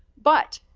but,